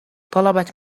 طلبت